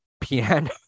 piano